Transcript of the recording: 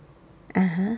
(uh huh)